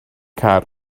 car